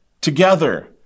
together